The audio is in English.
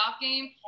game